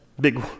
Big